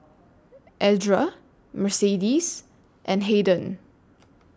Edra Mercedes and Haden